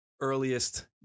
earliest